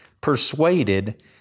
persuaded